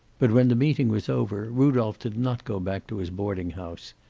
but when the meeting was over, rudolph did not go back to his boarding-house.